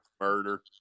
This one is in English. murder